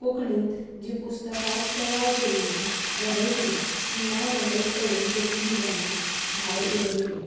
कोंकणींत जी पुस्तकां तयार केल्लीं बरयल्ली तीं ना नपयत करून पोर्तुगेजांनी भायर उडयली